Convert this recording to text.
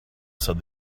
said